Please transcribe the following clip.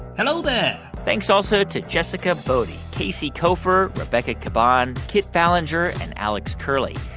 hello there thanks also to jessica boddy, casey koeffer, rebecca caban, kit ballenger and alex curley.